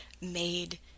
made